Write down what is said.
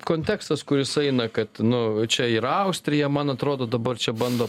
kontekstas kuris eina kad nu čia ir austrija man atrodo dabar čia bando